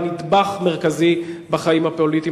היא נדבך מרכזי בחיים הפוליטיים.